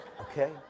Okay